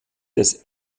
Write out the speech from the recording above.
des